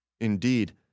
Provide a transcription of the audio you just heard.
Indeed